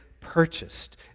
purchased